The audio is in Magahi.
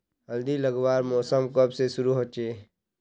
हल्दी लगवार मौसम कब से शुरू होचए?